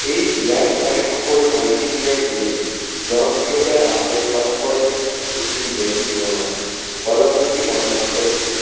এই LAN connect করে multiplayer game জনপ্রিয়তায় আসে ফার্স্ট পার্সেন শুটিং গেম তুলনায় call of duty modern warfare two